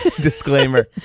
disclaimer